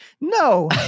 no